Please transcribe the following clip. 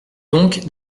donc